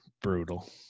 brutal